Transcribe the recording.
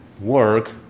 work